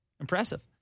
impressive